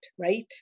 right